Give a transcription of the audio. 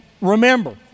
remember